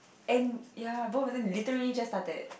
and ya both of them literally just started